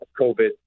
COVID